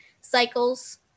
cycles